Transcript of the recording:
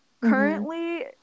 currently